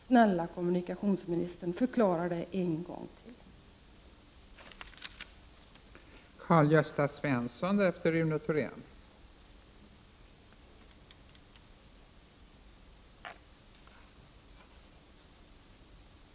Snälla kommunikationsministern, förklara detta en gång till!